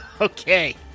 Okay